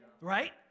Right